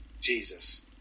Jesus